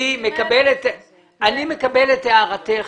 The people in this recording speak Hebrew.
אני מקבל את הערתך.